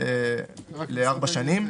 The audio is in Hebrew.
מסכימים לארבע שנים,